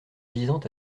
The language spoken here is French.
visant